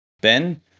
Ben